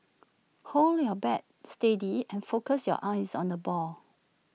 hold your bat steady and focus your eyes on the ball